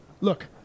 Look